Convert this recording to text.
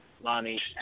Lonnie